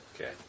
Okay